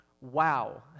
Wow